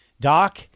Doc